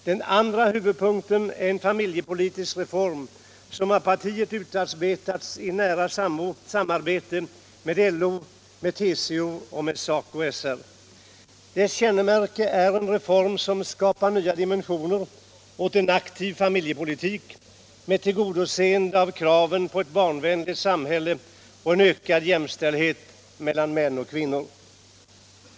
Den andra huvudpunkten är en familjepolitisk reform, som av partiet utarbetats i nära samverkan med LO, TCO och SACO/SR. Reformens kännemärke är att den skapar nya dimensioner åt en aktiv familjepolitik med tillgodoseende av kraven på ett barnvänligt samhälle och en ökad jämställdhet mellan män och kvinnor.